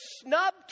snubbed